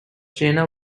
jena